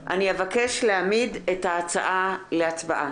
אני אבקש להעמיד את ההצעה להצבעה.